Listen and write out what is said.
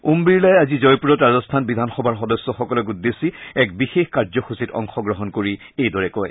ওম বিৰলাই আজি জয়পুৰত ৰাজস্থান বিধানসভাৰ সদস্যসকলক উদ্দেশ্যি এক বিশেষ কাৰ্যসূচীত অংশগ্ৰহণ কৰি এইদৰে কয়